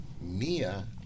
Mia